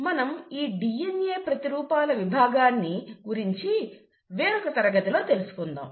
మనం ఈ DNA ప్రతి రూపాల విభాగాన్ని గురించి వేరొక తరగతిలో తెలుసుకుందాం